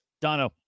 Dono